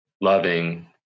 loving